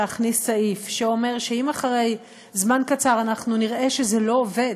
להכניס סעיף שאומר שאם אחרי זמן קצר אנחנו נראה שזה לא עובד,